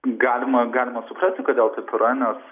galima galima suprasti kodėl taip yra nes